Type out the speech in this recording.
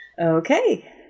Okay